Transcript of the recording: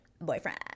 boyfriend